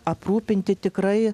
aprūpinti tikrai